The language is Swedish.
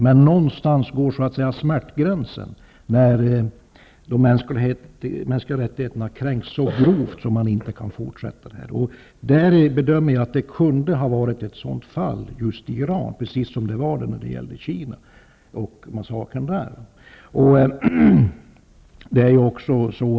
Men någonstans går smärtgränsen där de mänskliga rättigheterna kränks så grovt att man inte kan fortsätta kontakten. Jag gör den bedömningen att Iran kunde har varit ett sådant fall, precis som när det gällde Kina och massakern där.